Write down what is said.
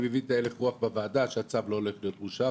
אני מבין את הלך הרוח בוועדה שהצו לא הולך להיות מאושר,